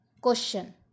Question